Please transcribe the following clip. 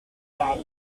garry